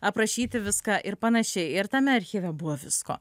aprašyti viską ir panašiai ir tame archyve buvo visko